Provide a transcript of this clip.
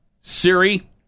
Siri